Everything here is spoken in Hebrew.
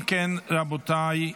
אם כן, רבותיי,